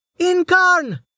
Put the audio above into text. Incarn